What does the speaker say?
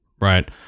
Right